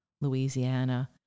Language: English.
Louisiana